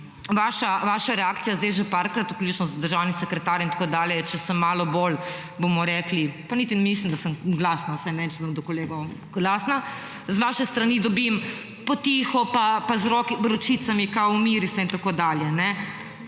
vaša reakcija zdaj že parkrat, vključno z državnim sekretarjem in tako dalje, če sem malo bolj, bomo rekli, pa niti ne mislim, da sem glasna, zdaj ne vem, če sem do kolegov glasna, z vaše strani dobim po tiho, pa z ročicami kao, umiri se, in tako dalje.